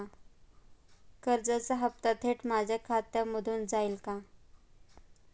कर्जाचा हप्ता थेट माझ्या खात्यामधून जाईल का?